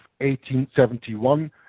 1871